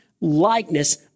likeness